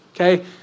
Okay